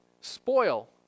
spoil